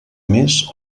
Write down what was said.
més